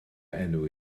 enw